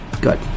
Good